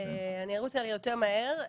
אני ארוץ יותר מהר,